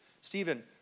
Stephen